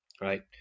right